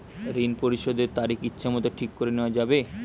ঋণ পরিশোধের তারিখ ইচ্ছামত ঠিক করে নেওয়া যাবে?